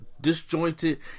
disjointed